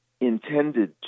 intended